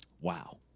Wow